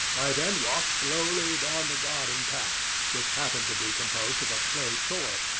i then walked slowly down the garden path, which happened to be composed of a clay soil,